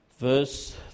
Verse